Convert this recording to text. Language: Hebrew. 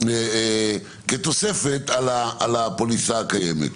כתוספת על הפוליסה הקיימת.